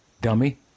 dummy